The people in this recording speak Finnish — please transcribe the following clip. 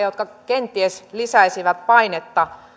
jotka kenties lisäisivät painetta